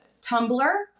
Tumblr